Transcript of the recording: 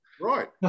right